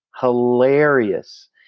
Hilarious